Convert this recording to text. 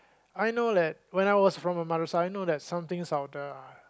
I know that when I was from a mother side know that some things out there are